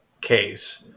case